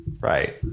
Right